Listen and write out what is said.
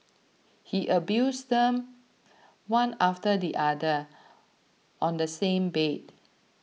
he abused them one after the other on the same bed